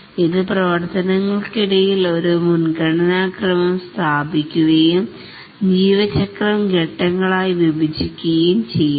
ഇത് പ്രവർത്തനങ്ങൾക്കിടയിൽ ഒരു മുൻഗണനാക്രമം സ്ഥാപിക്കുകയും ജീവചക്രം ഘട്ടങ്ങളായി വിഭജിക്കുകയും ചെയ്യുന്നു